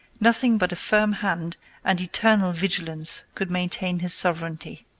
nothing but a firm hand and eternal vigilance could maintain his sovereignty.